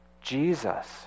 Jesus